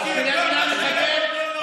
עם כל המגבלות ועם כל התקנות,